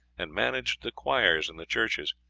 and managed the choirs in the churches.